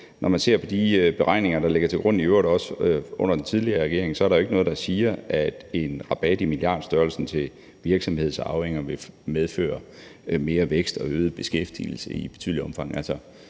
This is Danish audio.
når man ser på de beregninger, der ligger til grund, i øvrigt også under den tidligere regering, er der jo ikke noget, der siger, at en rabat i milliardstørrelsen til virksomhedsarvinger vil medføre mere vækst og øget beskæftigelse i betydeligt omfang.